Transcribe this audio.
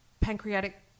pancreatic